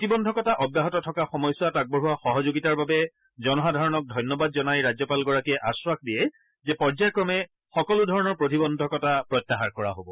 প্ৰতিবদ্ধকতা অব্যাহত থকা সময়ছোৱাত আগবঢ়োৱা সহযোগিতাৰ বাবে জনসাধাৰণক ধন্যবাদ জনাই ৰাজ্যপালগৰাকীয়ে আশ্বাস দিয়ে যে পৰ্যায়ক্ৰমে সকলো প্ৰতিবন্ধকতা প্ৰত্যাহাৰ কৰা হ'ব